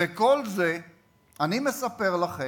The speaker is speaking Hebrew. וכל זה אני מספר לכם,